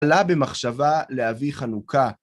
קלה במחשבה להביא חנוכה.